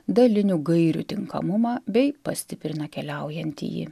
dalinių gairių tinkamumą bei pastiprina keliaujantįjį